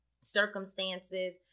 circumstances